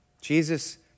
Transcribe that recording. Jesus